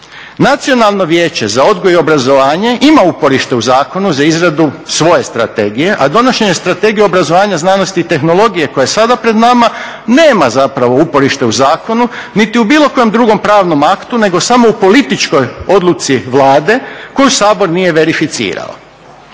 Nacionalno vijeće za odgoj i obrazovanje ima uporište u zakonu za izradu svoje strategije, a donošenje strategije obrazovanja, znanosti i tehnologije koje je sada pred nama nema zapravo uporište u zakonu niti u bilo koje drugom pravnom aktu nego samo u političkoj odluci Vlade koju Sabor nije verificirao.